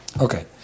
Okay